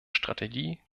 strategie